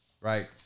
right